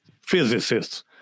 physicists